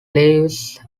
leaves